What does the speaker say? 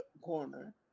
corner